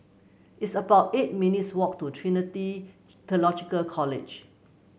it's about eight minutes' walk to Trinity Theological College